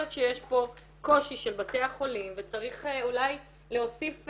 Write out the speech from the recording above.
שיש פה קושי של בתי החולים וצריך אולי להוסיף,